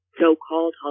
so-called